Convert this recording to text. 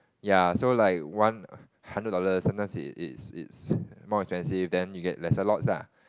ya so like one hundred dollars sometimes it's it's it's more expensive then you get lesser lots lah